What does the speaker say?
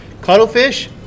Cuttlefish